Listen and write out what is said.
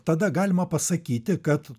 tada galima pasakyti kad